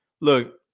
look